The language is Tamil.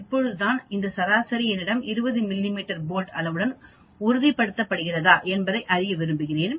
இப்போது நான் இந்த சராசரி என்னிடம் உள்ள 20 மிமீ போல்ட் அளவுடன் உறுதிப்படுத்தப்படுகிறதா என்பதை அறிய விரும்புகிறேன்